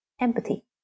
empathy